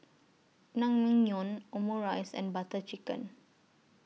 Naengmyeon Omurice and Butter Chicken